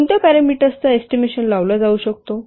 कोणत्या पॅरामीटर्सचा एस्टिमेशन लावला जाऊ शकतो